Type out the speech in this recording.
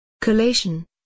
Collation